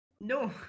no